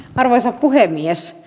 arvoisa puhemies